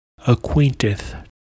Acquainteth